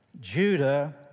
Judah